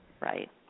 Right